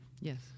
Yes